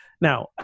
Now